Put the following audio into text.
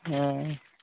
ᱦᱮᱸ